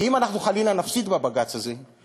כי אם אנחנו חלילה נפסיד בבג"ץ הזה,